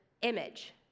image